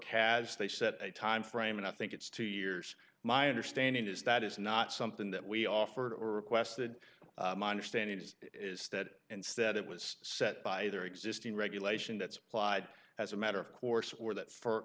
has they set a timeframe and i think it's two years my understanding is that is not something that we offered or requested understanding is that instead it was set by their existing regulation that's applied as a matter of course or that for